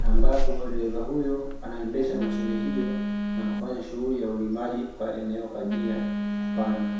ambapo dereva huyo anaendesha mashine hiyo na kufanya shughuli ya ulimaji kwa eneo kwa ajili ya kupanda.